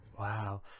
wow